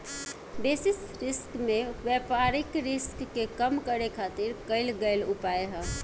basis risk में व्यापारिक risk के कम करे खातिर कईल गयेल उपाय ह